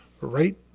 right